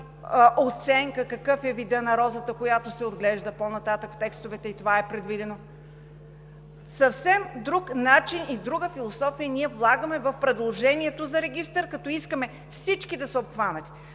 оценка какъв е видът на розата, която се отглежда? По-нататък в текстовете и това е предвидено. Съвсем друг начин и друга философия ние влагаме в предложението за регистър, като искаме всички да са обхванати.